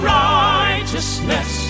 righteousness